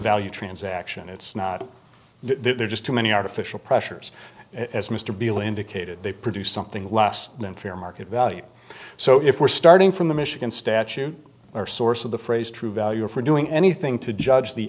value transaction it's not there just too many artificial pressures as mr beale indicated they produce something less than fair market value so if we're starting from the michigan statute or source of the phrase true value for doing anything to judge the